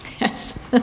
Yes